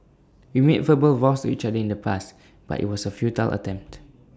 we made verbal vows to each other in the past but IT was A futile attempt